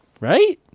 right